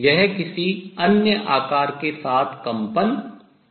यह किसी अन्य आकार के साथ कंपन कर सकती है